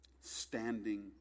standing